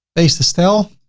paste the style.